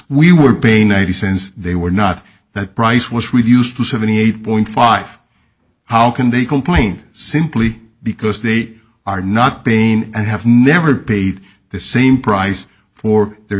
we were paying ninety cents they were not that price was reduced to seventy eight point five how can they complain simply because they are not being and have never paid the same price for their